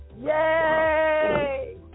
Yay